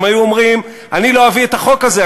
הם היו אומרים: אני לא אביא את החוק הזה,